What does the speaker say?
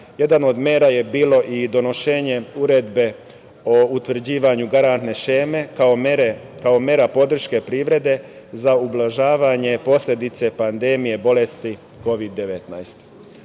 Jedna od mera je bilo i donošenje uredbe o utvrđivanju garantne šeme kao mera podrške privrede za ublažavanje posledice pandemije bolesti Kovid-19.